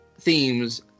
themes